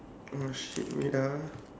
oh shit wait ah